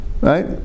Right